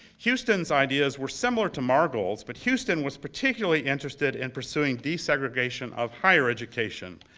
houston's ideas were similar to margold's, but houston was particularly interested in pursuing desegregation of higher education.